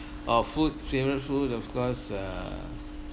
oh food favourite food of course uh